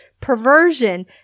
perversion